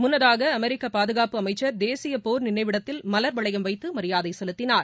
முன்னதாக அமெிக்க பாதுகாப்பு அமைச்சர் தேசிய போர் நினைவிடத்தில் மல்வளையம் வைத்து மரியாதை செலுத்தினார்